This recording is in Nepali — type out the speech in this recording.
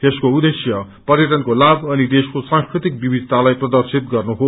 यसको उद्देश्य पर्यटनको लाभ अनि देशको सांस्कृतिक विविधतालाई प्रदर्शित गर्नु हो